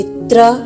Itra